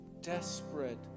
desperate